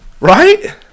Right